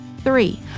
Three